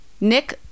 Nick